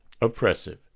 oppressive